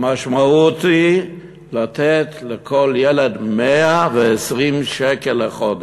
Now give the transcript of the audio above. המשמעות היא לתת לכל ילד 120 שקלים לחודש,